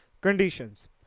conditions